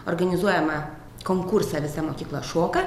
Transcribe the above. organizuojamą konkursą visa mokykla šoka